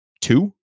two